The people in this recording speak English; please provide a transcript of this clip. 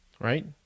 Right